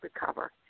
recover